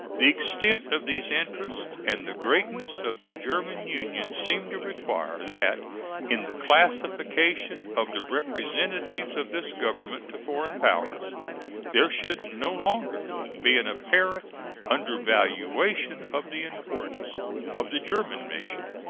the extent of these interests and the greatness of the german union seem to require that in the classification of the representatives of this government to foreign powers there should no longer be an apparent undervaluation of the importance of the german mission,